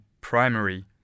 primary